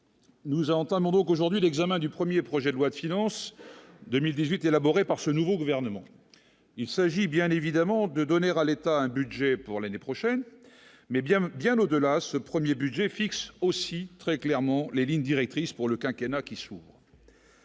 nous entamons donc aujourd'hui l'examen du 1er projet de loi de finances 2018 élaboré par ce nouveau gouvernement, il s'agit bien évidemment de donner à l'État un budget pour l'année prochaine mais bien bien au-delà ce 1er budget fixe aussi très clairement les lignes directrices pour le quinquennat qui sous.